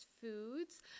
foods